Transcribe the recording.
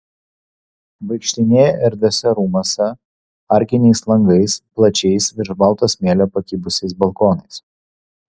vaikštinėja erdviuose rūmuose arkiniais langais plačiais virš balto smėlio pakibusiais balkonais